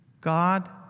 God